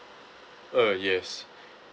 uh yes